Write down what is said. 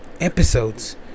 episodes